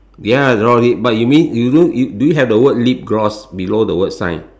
ya but you mean you don't do you have the word lip gloss below the word shine